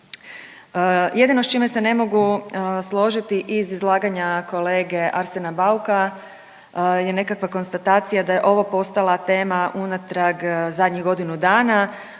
Jedino s čime se ne mogu složiti iz izlaganja kolege Arsena Bauka je nekakva konstatacija da je ovo postala tema unatrag zadnjih godinu dana